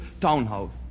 townhouse